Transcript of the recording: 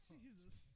Jesus